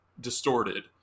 distorted